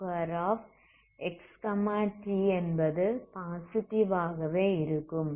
w2xtஎன்பது positive ஆகவே இருக்கும்